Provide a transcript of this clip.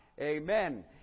Amen